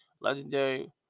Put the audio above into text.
legendary